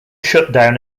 shutdown